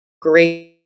great